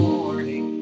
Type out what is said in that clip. morning